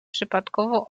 przypadkowo